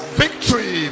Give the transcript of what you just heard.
victory